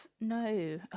no